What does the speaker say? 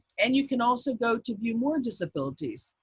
and you can also go to view more disabilities.